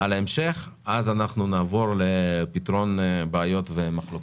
לדיון בהמשך, אז נעבור לפתרון בעיות ומחלוקות.